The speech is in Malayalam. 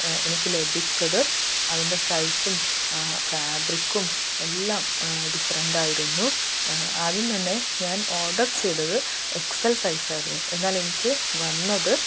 എനിക്ക് ലഭിച്ചത് അതിൻ്റെ സൈസും ഫാബ്രിക്കും എല്ലാം ഡിഫ്റിൻറ്റായിരുന്നു ആദ്യം തന്നെ ഞാൻ ഓർഡർ ചെയ്തത് എക്സൽ സൈസ് ആയിരുന്നു എന്നാൽ എനിക്ക് വന്നത്